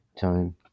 time